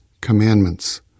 commandments